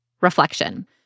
reflection